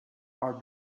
our